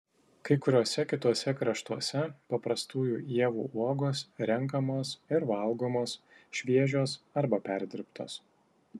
kai kuriuose kituose kraštuose paprastųjų ievų uogos renkamos ir valgomos šviežios arba perdirbtos